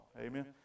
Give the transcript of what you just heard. Amen